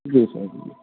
जी sir ठीक है